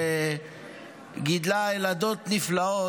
שגידלה ילדות נפלאות,